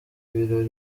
ibirori